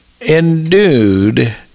endued